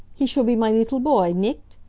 he shall be my lee-tel boy, nicht?